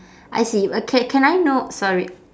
I see uh c~ can I know sorry